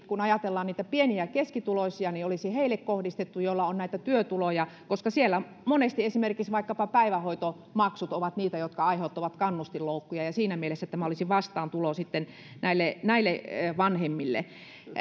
kun ajatellaan pieni ja keskituloisia olisi kohdistettu erityisesti heille joilla on työtuloja koska siellä monesti esimerkiksi päivähoitomaksut ovat niitä jotka aiheuttavat kannustinloukkuja siinä mielessä tämä olisi vastaantulo sitten näille näille vanhemmille